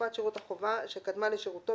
תקופת שירות החובה שקדמה לשירותו,